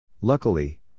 Luckily